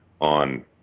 on